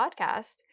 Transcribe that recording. podcast